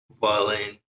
violin